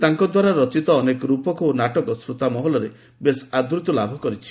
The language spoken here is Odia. ତାଙ୍କ ଦ୍ୱାରା ରଚିତ ଅନେକ ର୍ପକ ଓ ନାଟକ ଶ୍ରୋତା ମହଲରେ ବେଶ୍ ଆଦୃତଲାଭ କରିଛି